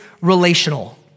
relational